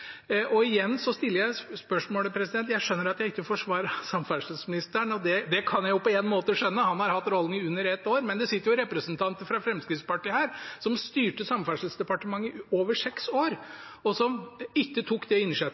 og jeg stiller spørsmålet igjen. Jeg skjønner at jeg ikke får svar fra samferdselsministeren, for han har hatt rollen i under ett år, men det sitter jo representanter fra Fremskrittspartiet her, som styrte Samferdselsdepartementet i over seks år, og som ikke tok